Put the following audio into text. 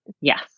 Yes